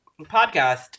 podcast